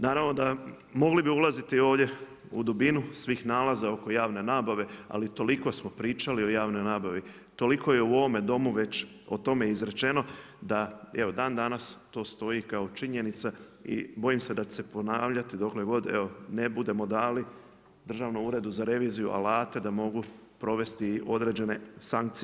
Naravno da, mogli bi ulaziti ovdje u dubinu svih nalaza oko javne nabave, ali toliko smo pričali o javnoj nabavi, toliko je u ovome Domu već o tome izrečeno da evo dan danas to stoji kao činjenica i bojim se da će se ponavljati dokle god, evo ne budemo dali Državnom uredu za reviziju alate da mogu provesti određene sankcije.